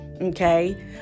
okay